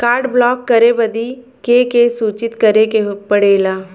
Card block करे बदी के के सूचित करें के पड़ेला?